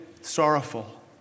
sorrowful